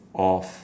of